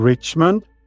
Richmond